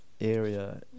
area